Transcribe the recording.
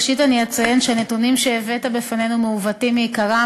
ראשית אני אציין שהנתונים שהבאת בפנינו מעוותים מעיקרם,